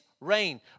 rain